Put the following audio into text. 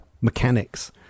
mechanics